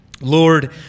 Lord